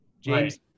James